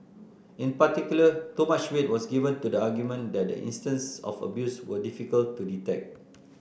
in particular too much weight was given to the argument that the instances of abuse were difficult to detect